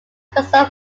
personal